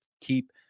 keep